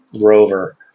rover